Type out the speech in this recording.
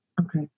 okay